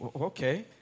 Okay